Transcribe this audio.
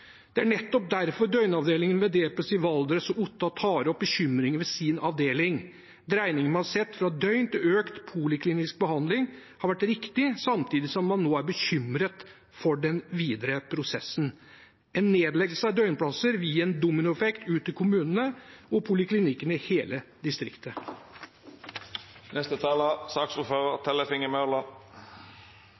Det er nettopp derfor døgnavdelingene ved DPS i Valdres og i Otta tar opp bekymringer ved sine avdelinger. Dreiningen man har sett fra døgnbehandling til økt poliklinisk behandling, har vært riktig, samtidig som man nå er bekymret for den videre prosessen. En nedleggelse av døgnplasser vil gi en dominoeffekt ut til kommunene og poliklinikkene i hele